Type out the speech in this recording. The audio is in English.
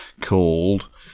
called